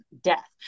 death